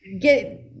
get